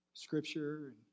scripture